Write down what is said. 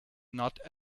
not